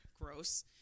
Gross